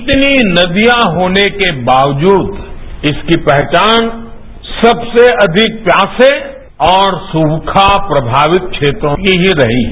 इतनी नदियां होने के बावजूद इसकी पहचान सबसे अधिक प्यासे और सूखा प्रभावित क्षेत्रों की ही रही है